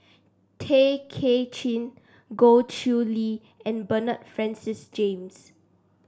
Tay Kay Chin Goh Chiew Lye and Bernard Francis James